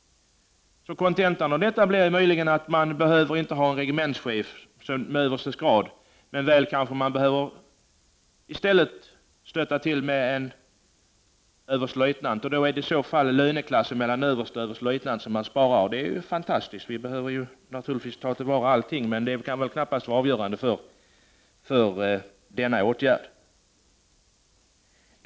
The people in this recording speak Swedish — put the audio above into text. Kontentan blir möjligen att man inte behöver ha en regementschef med överstes grad. I stället räcker det kanske med en överstelöjtnant och då sparar man skillnaden i löneklass. Det är ju fantastiskt. Naturligtvis behöver vi ta till vara på alla områden, men detta kan ju knappast vara avgörande.